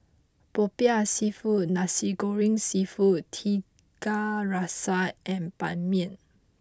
Popiah Seafood Nasi Goreng Seafood Tiga Rasa and Ban Mian